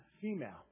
female